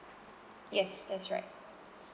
yes that's right